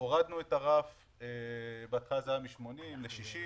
יופחת סכום המענק ששולם